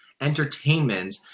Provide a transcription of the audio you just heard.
entertainment